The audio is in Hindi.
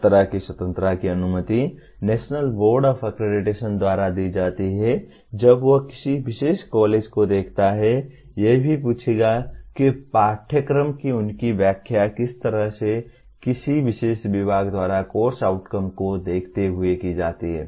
इस तरह की स्वतंत्रता की अनुमति नेशनल बोर्ड ऑफ अक्रेडिटेशन द्वारा दी जाती है जब वह किसी विशेष कॉलेज को देखता है यह भी पूछेगा कि पाठ्यक्रम की उनकी व्याख्या किस तरह से किसी विशेष विभाग द्वारा कोर्स आउटकम को देखते हुए की जाती है